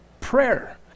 prayer